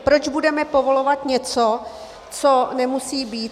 Proč budeme povolovat něco, co nemusí být?